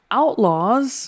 outlaws